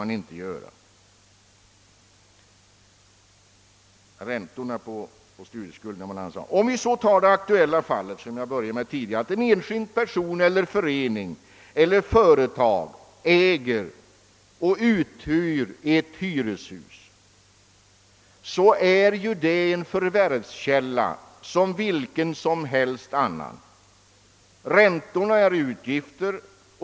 Det ärendet har riksdagen nyligen behandlat, och jag har yrkat avslag på förslag om avdragsrätt. Om en enskild person eller förening eller ett företag äger och uthyr ett hyreshus, är det en förvärskälla som vilken annan förvärvskälla som helst.